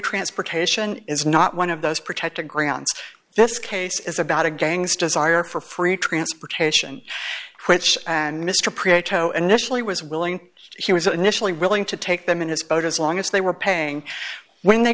transportation is not one of those protect the grounds this case is about a gang's desire for free transportation which and mr prieto initially was willing he was initially willing to take them in his boat as long as they were paying when they